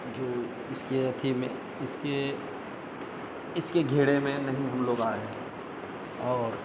जो इसके अथी में इसके इसके घेरे में नहीं हम लोग आए और